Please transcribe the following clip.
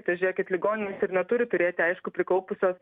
tai žiūrėkit ligoninės ir neturi turėti aišku prikaupusios